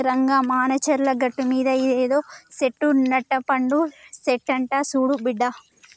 రంగా మానచర్ల గట్టుమీద ఇదేదో సెట్టు నట్టపండు సెట్టంట సూడు బిడ్డా